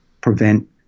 prevent